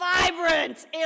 vibrant